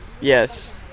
Yes